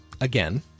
again